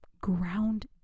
ground